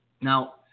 Now